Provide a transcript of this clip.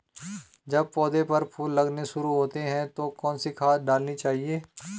जब पौधें पर फूल लगने शुरू होते हैं तो कौन सी खाद डालनी चाहिए?